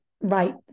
right